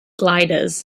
gliders